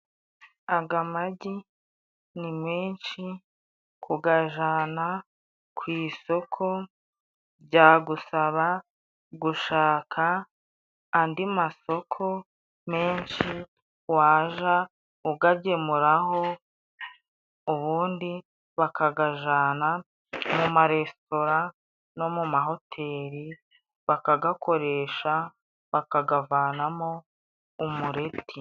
Aga magi ni menshi, kugajana ku isoko byagusaba gushaka andi masoko menshi waja ugagemuraho ubundi bakagajana mu maresitora no mu mahoteli bakagakoresha, bakagavanamo umureti.